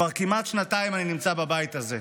כבר כמעט שנתיים אני נמצא בבית הזה,